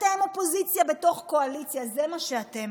אתם אופוזיציה בתוך קואליציה, זה מה שאתם.